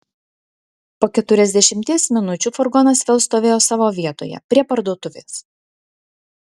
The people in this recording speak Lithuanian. po keturiasdešimties minučių furgonas vėl stovėjo savo vietoje prie parduotuvės